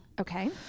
Okay